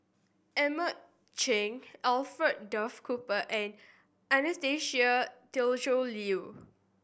Edmund Cheng Alfred Duff Cooper and Anastasia Tjendri Liew